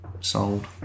sold